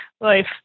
life